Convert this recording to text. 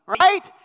right